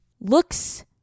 looks